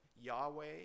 Yahweh